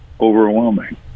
overwhelming